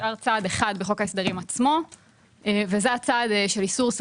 נשאר צו אחד בחוק ההסדרים עצמו וזה הצו של איסור ...